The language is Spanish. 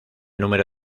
número